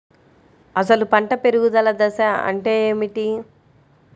అసలు పంట పెరుగుదల దశ అంటే ఏమిటి?